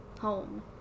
home